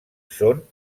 són